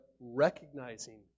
recognizing